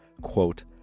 quote